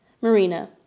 Marina